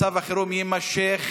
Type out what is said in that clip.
ומצב החירום יימשך,